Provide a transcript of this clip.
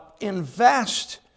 invest